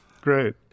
great